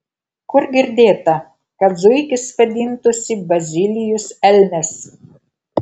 kur girdėta kad zuikis vadintųsi bazilijus elnias